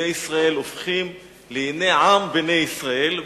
בני ישראל הופכים ל"הנה עם בני ישראל",